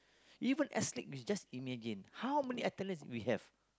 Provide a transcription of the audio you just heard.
even S-League is just imagine how many athletes we have